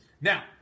Now